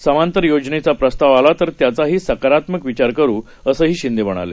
समांतर योजनेचा प्रस्ताव आला तर त्याचाही सकारात्मक विचार करु असं शिंदे यांनी सांगितलं